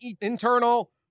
internal